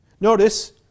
Notice